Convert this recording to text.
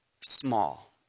small